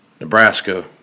Nebraska